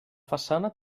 façana